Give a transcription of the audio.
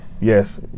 yes